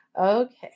Okay